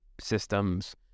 systems